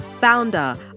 founder